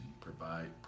provide